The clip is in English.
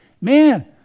man